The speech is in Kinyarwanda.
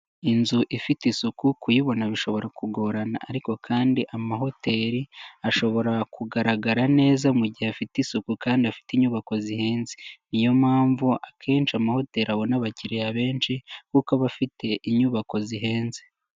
Inzu ifite isuku kuyibona bishobora kugorana, ariko kandi amahoteli ashobora kugaragara neza mu gihe afite isuku kandi afite inyubako zihenze, niyo mpamvu akenshi amahoteli abona abakiriya benshi kuko aba afite inyubako zihenze